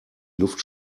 luft